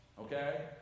Okay